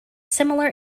similar